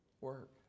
work